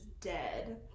dead